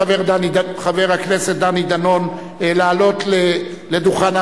עברה בקריאה טרומית ותועבר לוועדת הכספים להכנתה לקריאה ראשונה.